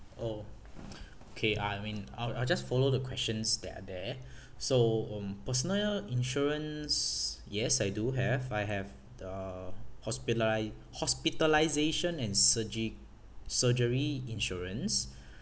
oh okay I mean I'll I'll just follow the questions that are there so um personal insurance yes I do have I have the hospitali~ hospitalisation and surge~ surgery insurance